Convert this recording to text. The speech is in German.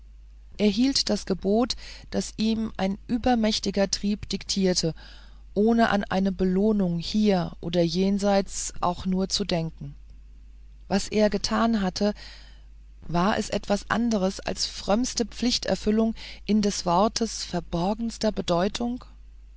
hielt das gebot das ihm ein übermächtiger trieb diktierte ohne an eine belohnung hier oder jenseits auch nur zu denken was er getan hatte war es etwas anderes als frömmste pflichterfüllung in des wortes verborgenster bedeutung